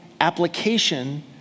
application